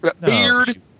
beard